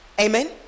amen